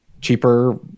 cheaper